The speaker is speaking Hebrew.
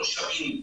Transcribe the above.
התושבים,